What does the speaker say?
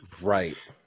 Right